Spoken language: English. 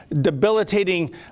debilitating